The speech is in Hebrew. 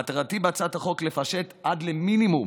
מטרתי בהצעת החוק: לפשט עד למינימום